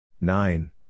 Nine